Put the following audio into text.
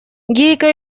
гейка